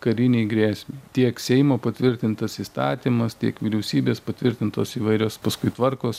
karinei grėsmei tiek seimo patvirtintas įstatymas tiek vyriausybės patvirtintos įvairios paskui tvarkos